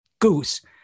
goose